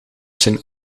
zijn